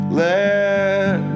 let